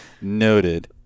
Noted